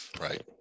Right